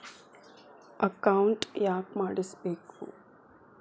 Account ಯಾಕ್ ಮಾಡಿಸಬೇಕು?